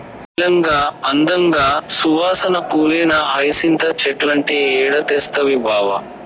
నీలంగా, అందంగా, సువాసన పూలేనా హైసింత చెట్లంటే ఏడ తెస్తవి బావా